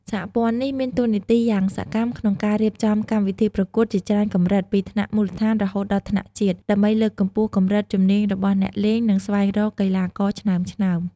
សហព័ន្ធនេះ មានតួនាទីយ៉ាងសកម្មក្នុងការរៀបចំកម្មវិធីប្រកួតជាច្រើនកម្រិត ពីថ្នាក់មូលដ្ឋានរហូតដល់ថ្នាក់ជាតិ ដើម្បីលើកកម្ពស់កម្រិតជំនាញរបស់អ្នកលេង និងស្វែងរកកីឡាករឆ្នើមៗ។